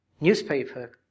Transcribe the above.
newspaper